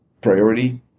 priority